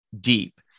deep